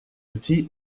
outil